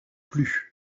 plus